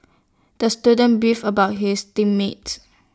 the student beefed about his team mates